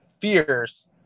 fears